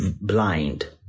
blind